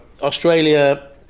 Australia